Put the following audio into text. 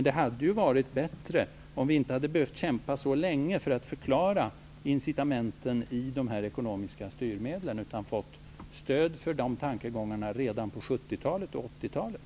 Det hade varit bättre om vi inte hade behövt kämpa så länge med att förklara incitamenten i de här ekonomiska styrmedlen utan fått stöd för de tankegångarna redan på 70 och 80-talet.